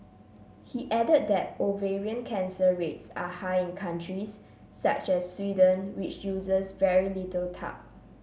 he added that ovarian cancer rates are high in countries such as Sweden which uses very little talc